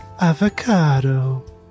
Avocado